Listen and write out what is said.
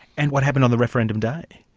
and what happened on the referendum day?